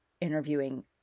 interviewing